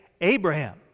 Abraham